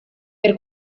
per